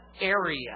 area